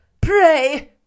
pray